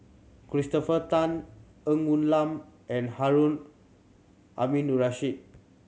Christopher Tan Ng Woon Lam and Harun Aminurrashid